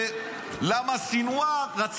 סנוואר,